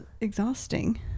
exhausting